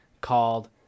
called